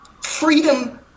Freedom